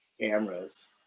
cameras